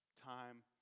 time